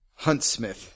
Huntsmith